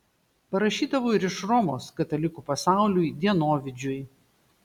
parašydavau ir iš romos katalikų pasauliui dienovidžiui